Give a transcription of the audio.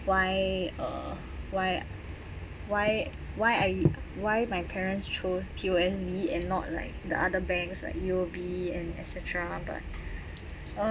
why uh why why why I why my parents chose P_O_S_B and not like the other banks like U_O_B and et cetera but